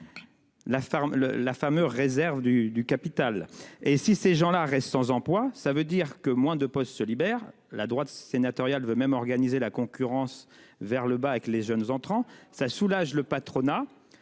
la fameuse « réserve » du capital. Si ces personnes restent dans l'emploi, moins de postes se libéreront. La droite sénatoriale veut même organiser la concurrence vers le bas avec les jeunes entrants. Cela soulage le patronat,